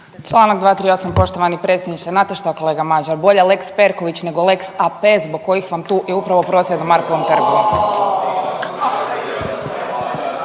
Članak 238. poštovani predsjedniče. Znate šta kolega Mažar, bolje lex Perković nego lex AP zbog kojih vam tu je upravo prosvjed na Markovom trgu.